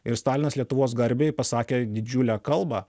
ir stalinas lietuvos garbei pasakė didžiulę kalbą